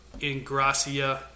Ingracia